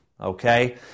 okay